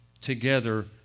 together